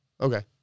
Okay